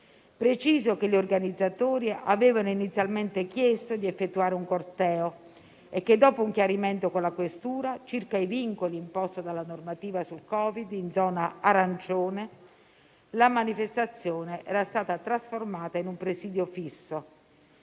Preciso che gli organizzatori avevano inizialmente chiesto di effettuare un corteo e che dopo un chiarimento con la questura, circa i vincoli imposti dalla normativa sul Covid in zona arancione, la manifestazione era stata trasformata in un presidio fisso.